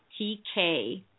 TK